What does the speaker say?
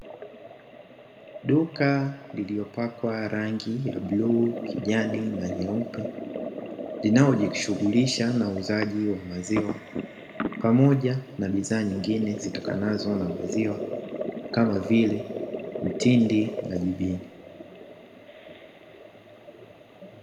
Duka lililopakwa rangi ya bluu, kijani na nyeupe, linalojishughulisha na uuzaji wa maziwa pamoja na bidhaa nyingine zitokanazo na maziwa; kama vile mtindi na jibini.